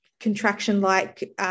contraction-like